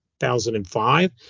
2005